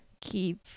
keep